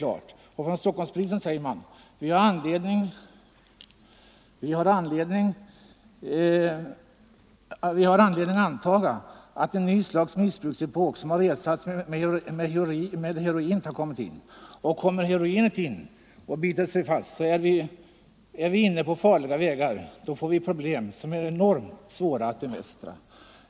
Vid Stockholmspolisen säger man att vi antagligen har kommit in i en epok med ett nytt slags missbruk, där den tidigare narkotikan har ersatts med heroin, och om heroinet biter sig fast, så är vi inne på farliga vägar. Då får vi problem som är enormt svåra att bemästra.